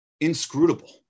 inscrutable